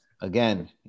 again